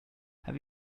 have